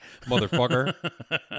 Motherfucker